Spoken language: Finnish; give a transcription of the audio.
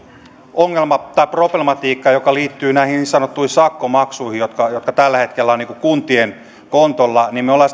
problematiikka joka liittyy näihin niin sanottuihin sakkomaksuihin jotka tällä hetkellä ovat kuntien kontolla me olemme